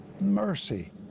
mercy